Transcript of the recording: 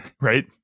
right